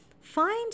Find